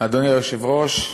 אדוני היושב-ראש,